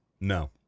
no